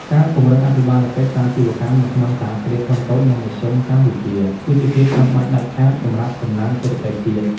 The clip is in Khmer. ការពង្រឹងអភិបាលកិច្ចសាជីវកម្មនៅក្នុង សហគ្រាសធុនតូច និងមធ្យម កម្ពុជា គឺជាភាពចាំបាច់ដាច់ខាតសម្រាប់កំណើនសេដ្ឋកិច្ចជាតិ។